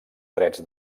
drets